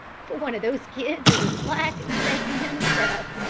for one of those kids is as black as satan himself,